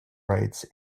rights